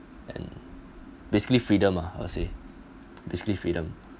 and basically freedom ah I'd say basically freedom